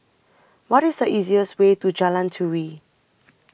What IS The easiest Way to Jalan Turi